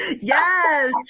Yes